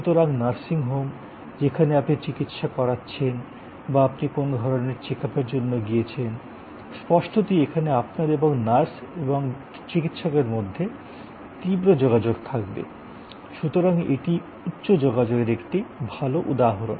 সুতরাং nursing home যেখানে আপনি চিকিৎসা করাচ্ছেন বা আপনি কোনও ধরণের চেক আপের জন্য গিয়েছেন স্পষ্টতই এখানে আপনার এবং নার্স এবং চিকিৎসকের মধ্যে তীব্র যোগাযোগ থাকবে সুতরাং এটি উচ্চ যোগাযোগের একটি ভাল উদাহরণ